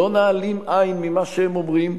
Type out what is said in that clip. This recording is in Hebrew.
לא נעלים עין ממה שהם אומרים,